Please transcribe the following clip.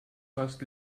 fast